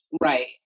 Right